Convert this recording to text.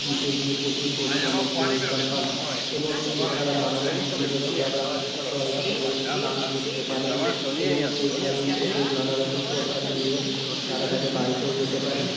জিতে গিয়ে প্রচুর পরিমাণে পুরস্কার পান এবং এছাড়া নানারকম পুজোতে তারা স্ব ইচ্ছাতে দান করতে পারেন এবং সেইখান থেকে নানারকম প্রসাদ নিয়ে তারা তাদের বাড়িতেও যেতে পারেন